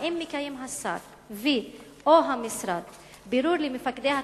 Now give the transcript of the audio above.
האם מקיים השר או המשרד בירור למפקדי התחנות,